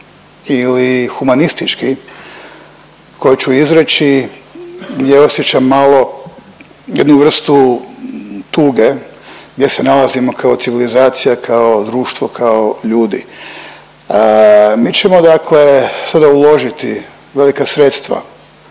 ili humanistički koji ću izreći, gdje osjećam malo jednu vrstu tuge gdje se nalazimo kao civilizacija, kao društvo, kao ljudi. Mi ćemo dakle sada uložiti velika sredstva,